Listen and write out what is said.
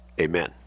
Amen